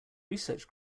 research